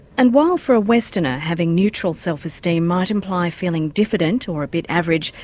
and while for a westerner having neutral self-esteem might imply feeling diffident or a bit average,